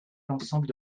l’ensemble